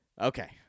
okay